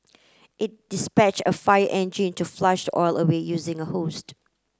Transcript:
it dispatched a fire engine to flush the oil away using a hose